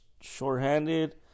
shorthanded